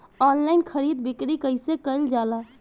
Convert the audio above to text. Online खरीद बिक्री कइसे कइल जाला?